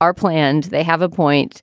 are planned. they have a point.